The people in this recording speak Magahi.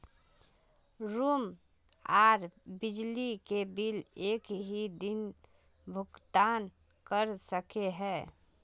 रूम आर बिजली के बिल एक हि दिन भुगतान कर सके है?